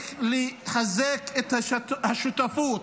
צריך לחזק את השותפות,